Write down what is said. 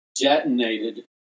detonated